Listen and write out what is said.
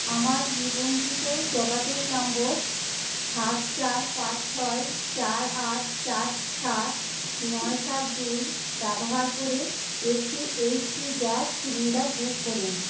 আমার নিবন্ধিত যোগাযোগ নম্বর সাত চার পাঁচ ছয় চার আট চার সাত নয় সাত দুই ব্যবহার করে একটি এইচপি গ্যাস সিলিন্ডার বুক করুন